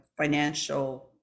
financial